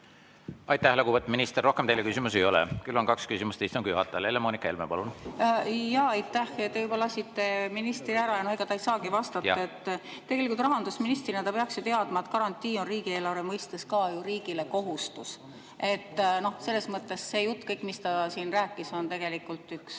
Aitäh, lugupeetud minister! Rohkem teile küsimusi ei ole. Küll on kaks küsimust istungi juhatajale. Helle-Moonika Helme, palun! Aitäh! Te juba lasite ministri ära ja ega ta ei saagi vastata. Tegelikult rahandusministrina ta peaks ju teadma, et ka garantii on riigieelarve mõistes ju riigile kohustus. Selles mõttes see jutt, kõik, mis ta siin rääkis, oli tegelikult üks